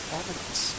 evidence